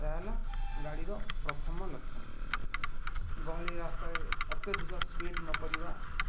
ଏହାହେଲା ଗାଡ଼ିର ପ୍ରଥମ ଲକ୍ଷଣ ଗହଳି ରାସ୍ତାରେ ଅତ୍ୟଧିକ ସ୍ପିଡ଼ ନ କରିବା